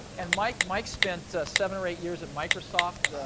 and mike mike spent seven or eight years at microsoft.